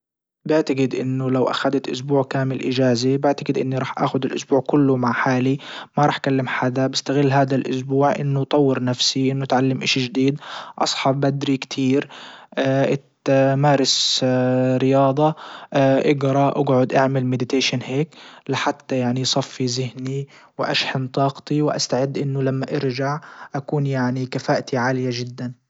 بعتجد انه لو اخدت اسبوع كامل اجازة بعتجد اني راح اخد الاسبوع كله مع حالي ما راح اكلم حدا. بستغل هادا الاسبوع انه طور نفسي انه تعلم اشي جديد اصحى بدري كتير مارس رياضة اجرا اقعد اعمل ميديتيشن هيك لحتى يصفي ذهني واشحن طاقتي واستعد انه لما ارجع اكون يعني كفاءتي عالية جدا.